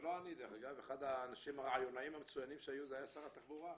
ולא אני דרך אגב אלא אחד הרעיונאים המצוינים שהיו היה שר התחבורה.